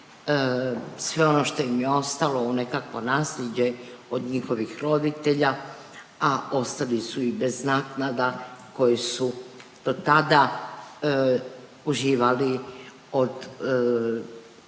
sve ono što im je ostalo u nekakvo nasljeđe od njihovih roditelja, a ostali su i bez naknada koje su do tada uživali od,